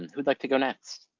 who'd like to go next?